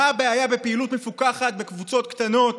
הבעיה בפעילות מפוקחת בקבוצות קטנות